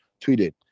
tweeted